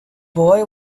boy